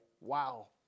wow